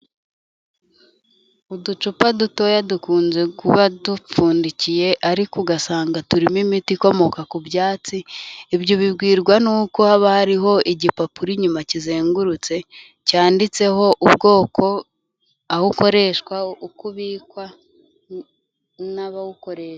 Uducupa dutoya dukunze kuba dupfundikiye ariko ugasanga turimo imiti ikomoka ku byatsi, ibyo ubibwirwa nuko haba hariho igipapuro inyuma kizengurutse, cyanditseho ubwoko, aho ukoreshwa, uko ubikwa, n'abawukoresha.